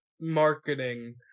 marketing